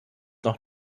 noch